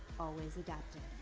always adapting.